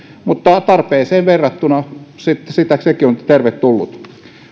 mutta tarpeeseen verrattuna sekin on tervetullut